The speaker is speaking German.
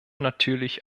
natürlich